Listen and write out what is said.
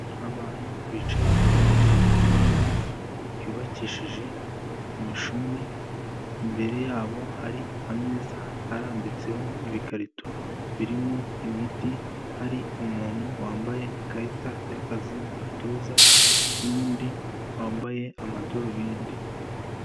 Abantu bicaye munsi y'ihema ryubakishije imishumi, imbere yabo hari ameza arambitseho ibikarito birimo imiti, hari umuntu wambaye ikarita y'akazi mu gatuza, n'undi wambaye amadarubindi.